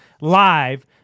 live